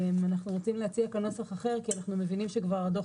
אנחנו רוצים להציע כאן נוסח אחר כי אנחנו מבינים שכבר הדוח